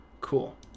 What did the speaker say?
cool